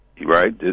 Right